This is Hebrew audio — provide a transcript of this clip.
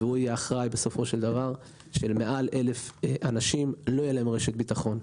הוא יהיה אחראי בסופו של דבר לכך שלמעל 1,000 אנשים לא תהיה רשת ביטחון.